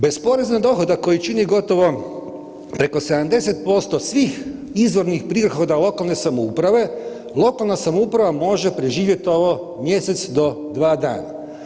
Bez poreza na dohodak koji čini gotovo preko 70% svih izvornih prihoda lokalne samouprave, lokalna samouprava može preživjeti ovo mjesec do dva dana.